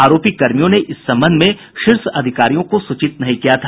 आरोपी कर्मियों ने इस संबंध में शीर्ष अधिकारियों को सूचित नहीं किया था